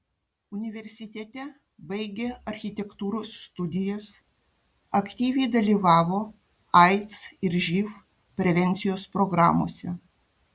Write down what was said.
universitete baigė architektūros studijas aktyviai dalyvavo aids ir živ prevencijos programose